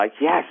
yes